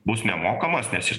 bus nemokamas nes jis